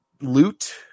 loot